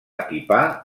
equipar